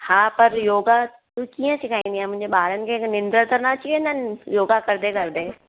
हा पर योगा तूं कीअं सिखाइदीअ मुंहिंजे ॿारनि खे निंड त न अची वेंदनि योगा कंदे कंदे